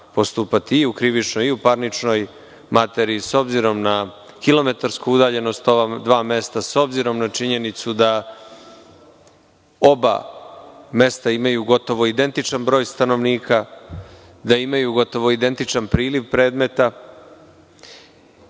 postupati i u krivičnoj i u parničnoj materiji, s obzirom na kilometarsku udaljenost ova dva mesta, s obzirom na činjenicu da oba mesta imaju gotovo identičan broj stanovnika, da imaju gotovo identičan priliv predmeta